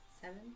Seven